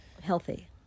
healthy